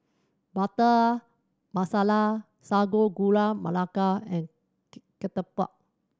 Butter Masala Sago Gula Melaka and ketupat